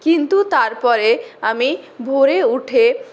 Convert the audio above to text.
কিন্তু তারপরে আমি ভোরে উঠে